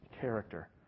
character